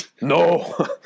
No